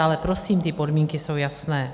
Ale prosím, ty podmínky jsou jasné.